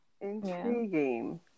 intriguing